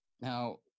Now